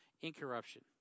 incorruption